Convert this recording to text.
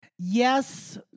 Yes